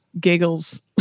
giggles